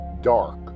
dark